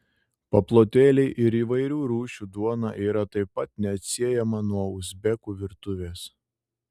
paplotėliai ir įvairių rūšių duona yra taip pat neatsiejama nuo uzbekų virtuvės